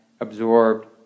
absorbed